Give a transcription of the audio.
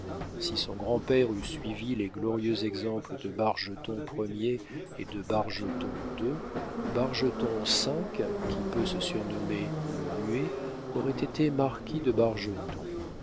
si son grand-père eût suivi les glorieux exemples de bargeton ier et de bargeton ii bargeton v qui peut se surnommer le muet aurait été marquis de